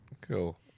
Cool